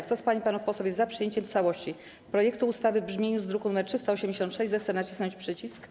Kto z pań i panów posłów jest za przyjęciem w całości projektu ustawy w brzmieniu z druku nr 386, zechce nacisnąć przycisk.